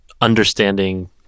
understanding